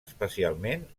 especialment